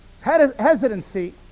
hesitancy